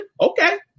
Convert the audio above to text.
Okay